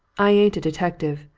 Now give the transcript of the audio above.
i ain't a detective,